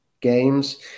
games